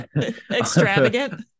extravagant